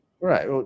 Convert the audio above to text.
Right